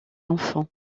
enfant